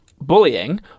bullying